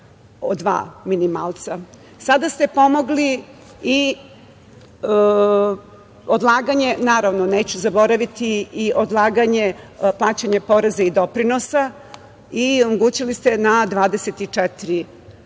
Sada ste pomogli i odlaganje, naravno neću zaboraviti i odlaganje plaćanja poreza i doprinosa i omogući ste na 24